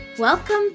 Welcome